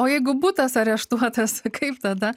o jeigu butas areštuotas kaip tada